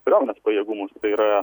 kariuomenės pajėgumus tai yra